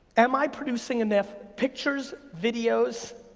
am i producing enough pictures, videos,